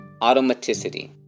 automaticity